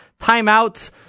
timeouts